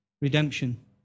Redemption